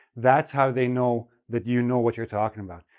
that's how they know that you know what you're talking about.